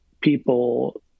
People